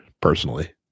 personally